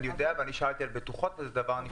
שאלתי אם אפשר לתת בטוחות, וזה דבר נפרד.